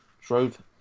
Drove